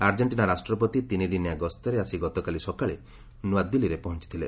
Argentina ରାଷ୍ଟ୍ରପତି ତିନି ଦିନିଆ ଗସ୍ତରେ ଆସି ଗତକାଲି ସକାଳେ ନ୍ନଆଦିଲ୍ଲୀରେ ପହଞ୍ଚିଥିଲେ